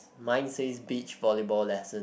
mine says beach volley ball lesson